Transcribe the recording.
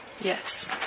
Yes